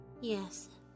Yes